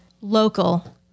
local